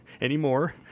Anymore